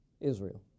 Israel